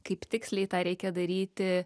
kaip tiksliai tą reikia daryti